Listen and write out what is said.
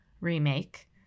remake